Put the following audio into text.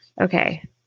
Okay